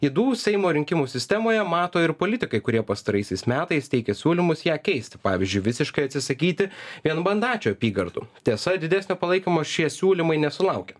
ydų seimo rinkimų sistemoje mato ir politikai kurie pastaraisiais metais teikė siūlymus ją keisti pavyzdžiui visiškai atsisakyti vienmandačių apygardų tiesa didesnio palaikymo šie siūlymai nesulaukė